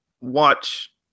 watch